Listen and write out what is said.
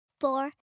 four